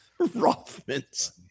rothmans